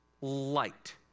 Light